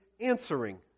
answering